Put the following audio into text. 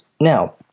Now